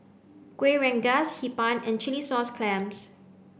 kueh rengas hee pan and chilli sauce clams